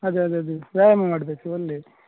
ಅದೇ ಅದೇ ಅದೇ ವ್ಯಾಯಾಮ ಮಾಡಬೇಕು ಒಂದೇ